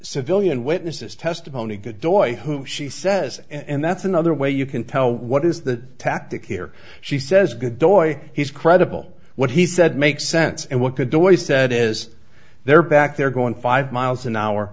civilian witnesses testimony good boy who she says and that's another way you can tell what is the tactic here she says good boy he's credible what he said makes sense and what could do what he said is there back there going five miles an hour